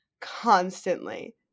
constantly